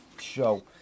show